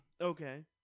Okay